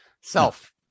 self